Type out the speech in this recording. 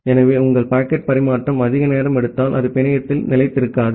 எனவே உங்கள் பாக்கெட் பரிமாற்றம் அதிக நேரம் எடுத்தால் அது பிணையத்தில் நிலைத்திருக்காது